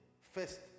first